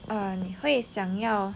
err 你会想要